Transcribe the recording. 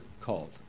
called